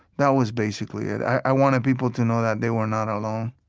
that was basically it. i wanted people to know that they were not alone.